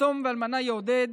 יתום ואלמנה יעודד.